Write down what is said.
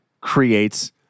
creates